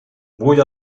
bull